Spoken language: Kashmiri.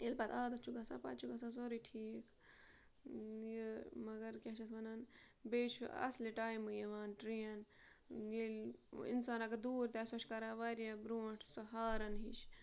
ییٚلہِ پَتہٕ عادت چھُ گژھان پَتہٕ چھُ گژھان سورُے ٹھیٖک یہِ مگر کیٛاہ چھِ اَتھ وَنان بیٚیہِ چھُ اَصلہِ ٹایمہٕ یِوان ٹرٛین ییٚلہِ اِنسان اگر دوٗر تہِ آسہِ سۄ چھِ کَران ورایاہ بروںٛٹھ سۄ ہارَن ہِش